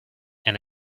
and